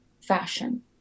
fashion